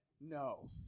no